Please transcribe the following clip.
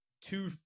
two